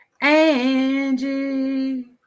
Angie